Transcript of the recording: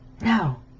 no